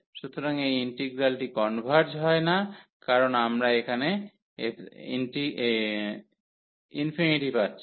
সুতরাং এই ইন্টিগ্রালটি কনভার্জ হয় না কারণ আমরা এখানে ∞ পাচ্ছি